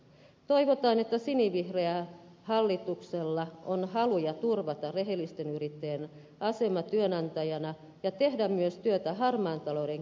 toivotaan että sinivihreällä hallituksella on haluja turvata rehellisten yrittäjien asema työnantajana ja tehdä myös työtä harmaan talouden kitkemiseksi